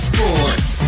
Sports